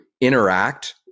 interact